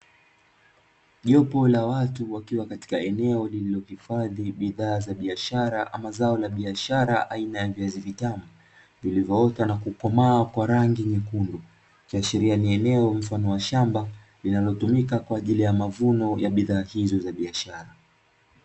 Jopo la watu wakiwa katika eneo lililohifadhi bidhaa za biashara ama zao la biashara la viazi vitamu, villivyoota na kukomaa kwa uhuru ikiashiria ni eneo la shamba, linalotumika kwa ajili ya mavuno ya zao hilo la biashara.